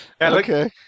okay